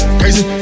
crazy